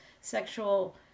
sexual